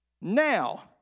Now